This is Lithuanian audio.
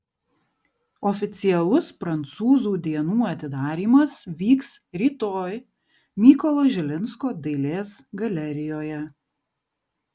oficialus prancūzų dienų atidarymas vyks rytoj mykolo žilinsko dailės galerijoje